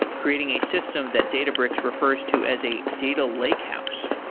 creating a system that databricks refers to as a data lakehouse.